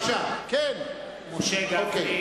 (קורא בשמות חברי הכנסת) משה גפני,